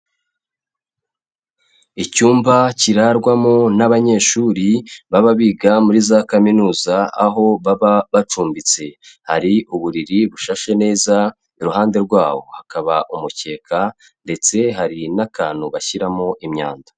Icyumba kirarwamo n'abanyeshuri baba biga muri za kaminuza aho baba bacumbitse, hari uburiri bushashe neza iruhande rwawo hakaba umukeka ndetse hari n'akantu bashyiramo imyanda.